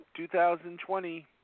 2020